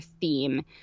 theme